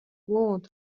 بود